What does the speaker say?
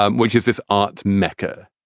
um which is this art mecca.